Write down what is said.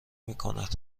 میکند